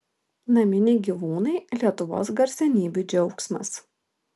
naminiai gyvūnai lietuvos garsenybių džiaugsmas